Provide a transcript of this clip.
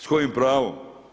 S kojim pravom?